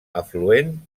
afluent